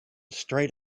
straight